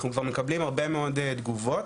אנחנו כבר מקבלים הרבה מאוד תגובות,